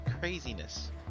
craziness